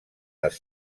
les